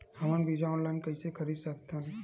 हमन बीजा ऑनलाइन कइसे खरीद सकथन?